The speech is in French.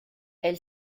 elle